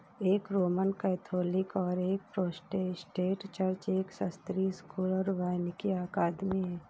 एक Roman Catholic और एक प्रोटेस्टेंट चर्च, एक शास्त्रीय स्कूल और वानिकी अकादमी है